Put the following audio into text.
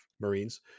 Marines